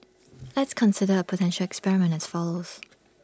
let's consider A potential experiment as follows